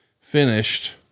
finished